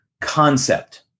concept